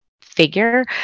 figure